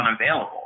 unavailable